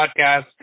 podcast